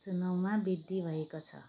चुनावमा वृद्धि भएको छ